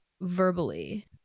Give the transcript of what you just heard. verbally